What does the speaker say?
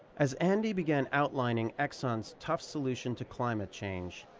as andy began outlining exxon's tough solution to climate change,